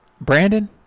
Brandon